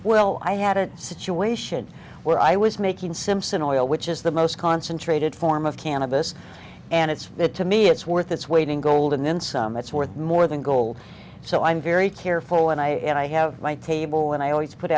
well i had a situation where i was making simpson oil which is the most concentrated form of cannabis and it's that to me it's worth its weight in gold and then some it's worth more than gold so i'm very careful and i and i have my table and i always put